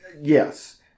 Yes